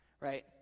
Right